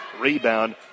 Rebound